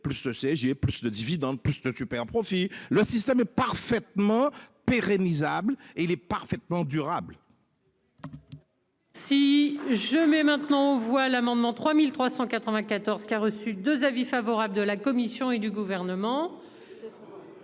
plus de CSG j'ai plus de dividendes plus de superprofits. Le système est parfaitement pérenne able. Et il est parfaitement durable. Si je mets maintenant aux voix l'amendement 3394 qui a reçu 2 avis favorable de la commission et du gouvernement.